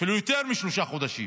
אפילו יותר משלושה חודשים,